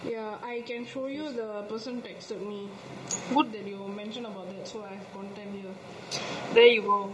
ya I can show you the person texted at me good that you mention about it so I have content here there you go